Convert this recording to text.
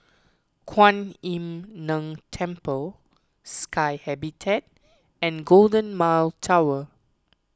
Kuan Im Tng Temple Sky Habitat and Golden Mile Tower